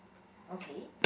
okay